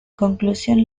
conclusión